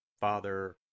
Father